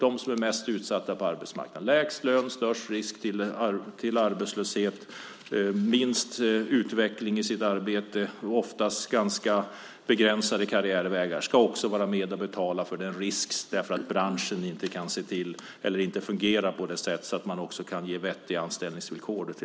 De som är mest utsatta på arbetsmarknaden med lägst lön, störst risk för arbetslöshet, minst utveckling i arbetet och oftast ganska begränsade karriärvägar ska vara med och betala för risken att branschen inte fungerar på ett sätt så att man kan få vettiga anställningsvillkor.